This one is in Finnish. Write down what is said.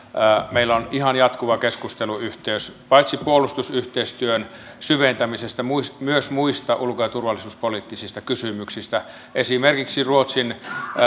meillä on ihan jatkuva keskusteluyhteys paitsi puolustusyhteistyön syventämisestä myös muista ulko ja turvallisuuspoliittisista kysymyksistä esimerkiksi ruotsin